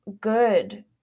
good